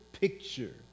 picture